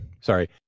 sorry